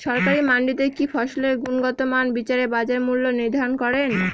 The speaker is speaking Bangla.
সরকারি মান্ডিতে কি ফসলের গুনগতমান বিচারে বাজার মূল্য নির্ধারণ করেন?